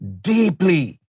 deeply